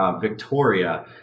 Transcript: Victoria